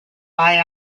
buy